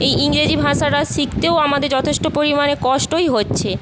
এই ইংরেজি ভাষাটা শিখতেও আমাদের যথেষ্ট পরিমাণে কষ্টই হচ্ছে